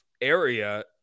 area